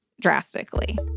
drastically